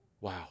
wow